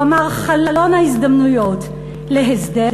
הוא אמר: חלון ההזדמנויות להסדר,